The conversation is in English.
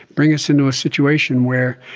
bring us into a situation where,